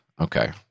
okay